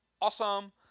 awesome